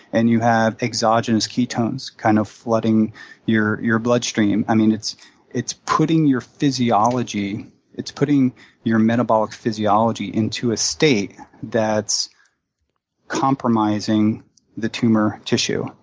and you have exogenous ketones kind of flooding your your bloodstream, i mean, it's it's putting your physiology it's putting your metabolic physiology into a state that's compromising the tumor tissue.